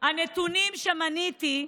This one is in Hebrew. הנתונים שמניתי,